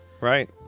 Right